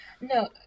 no